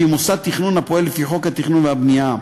שהיא מוסד תכנון הפועל לפי חוק התכנון והבנייה.